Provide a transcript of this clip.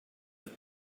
have